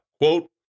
Quote